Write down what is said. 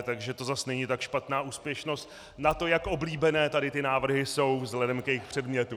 Takže to zas není tak špatná úspěšnost na to, jak oblíbené tady ty návrhy jsou vzhledem k jejich předmětu.